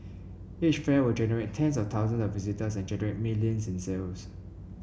each fair would attract tens of thousands of visitors and generate millions in sales